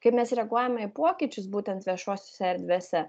kaip mes reaguojame į pokyčius būtent viešosiose erdvėse